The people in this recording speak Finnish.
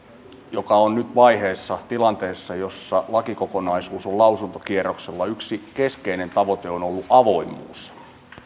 joka on nyt vaiheessa tilanteessa jossa lakikokonaisuus on lausuntokierroksella yksi keskeinen tavoite on ollut avoimuus